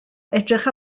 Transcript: edrych